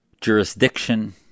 jurisdiction